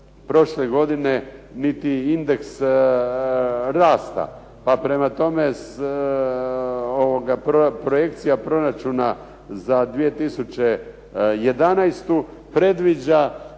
prošle godine niti indeks rasta. Pa prema tome, projekcija proračuna za 2011. predviđa